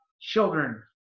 children